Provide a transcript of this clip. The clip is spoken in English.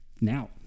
now